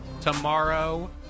tomorrow